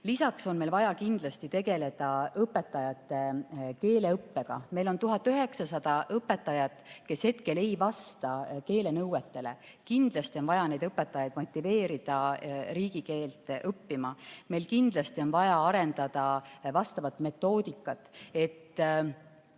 Lisaks on meil vaja kindlasti tegeleda õpetajate keeleõppega. Meil on 1900 õpetajat, kes ei vasta keelenõuetele. Kindlasti on vaja neid õpetajaid motiveerida riigikeelt õppima. Meil on kindlasti vaja arendada vastavat metoodikat.